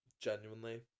Genuinely